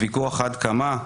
הוויכוח עד כמה.